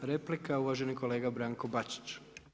4. replika uvaženi kolega Branko Bačić.